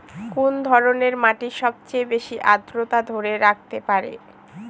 কোন ধরনের মাটি সবচেয়ে বেশি আর্দ্রতা ধরে রাখতে পারে?